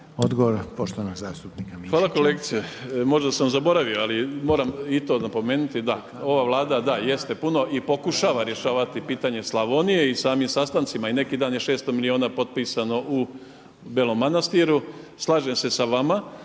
Ivica (Nezavisni)** Hvala kolegice. Možda sam zaboravio, ali moram i to napomenuti, da. Ova Vlada, da, jeste puno i pokušava rješavati pitanje Slavonije i samim sastancima i neki dan je 600 miliona potpisano u Belom Manastiru. Slažem se sa vama